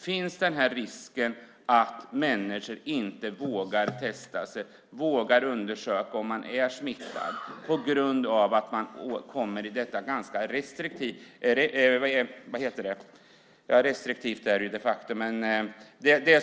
Finns risken att människor inte vågar testa sig och undersöka om de är smittade på grund av att de kommer in i det ganska restriktiva systemet?